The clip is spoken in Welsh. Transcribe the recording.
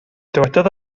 dywedodd